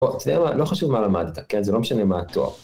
אוקי אתה יודע מה לא חשוב מה למדת, כן? זה לא משנה מה התואר.